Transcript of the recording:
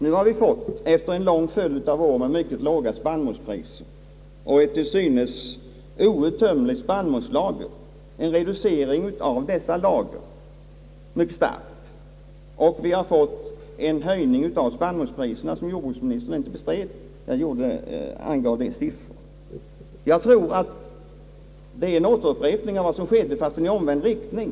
Nu har vi efter en lång följd av år med mycket låga spannmålspriser och till synes outtömliga spannmålslager fått en stark reducering av dessa lager, och vi har fått en höjning av spannmålspriserna som jordbruksministern inte bestred. Jag tror att det som tidigare skedde nu upprepas, fastän i omvänd riktning.